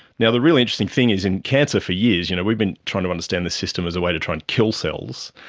the the really interesting thing is in cancer for years you know we've been trying to understand this system as a way to try and kill cells,